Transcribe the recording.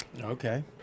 Okay